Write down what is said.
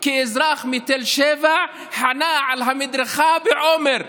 כי אזרח מתל שבע חנה על המדרכה בעומר,